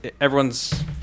everyone's